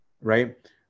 right